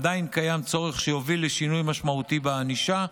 עדיין קיים צורך שיוביל לשינוי משמעותי בענישה,